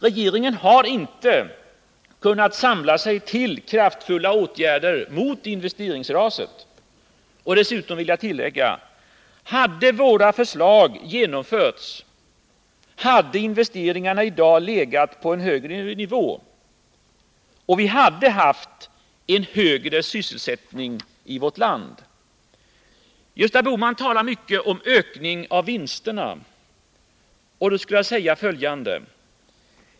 Regeringen har inte kunnat samla sig till kraftfulla åtgärder mot investeringsraset. Dessutom vill jag tillägga: Om våra förslag hade genomförts, skulle investeringarna i dag ha legat på en högre nivå och vi hade haft en högre sysselsättning i vårt land. Gösta Bohman talar mycket om en ökning av vinsterna.